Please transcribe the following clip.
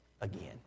again